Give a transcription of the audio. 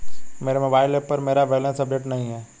मेरे mobile app पर मेरा बैलेंस अपडेट नहीं है